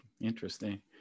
Interesting